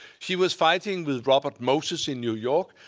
she was fighting with robert moses in new york.